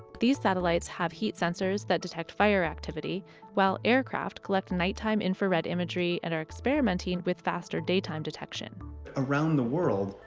these satellites have heat sensors that detect fire activity while aircraft collect nighttime infrared imagery and are experimenting with faster daytime detection around the world.